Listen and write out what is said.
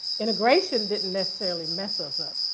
integration didn't necessarily mess us up.